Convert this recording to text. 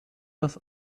das